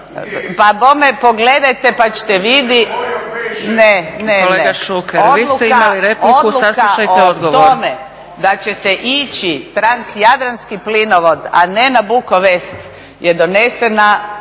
…/Upadica se ne čuje./… Ne, ne, ne, odluka o tome da će se ići transjadranski plinovod a ne Bukov west je donesena